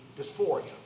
dysphoria